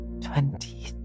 Twenty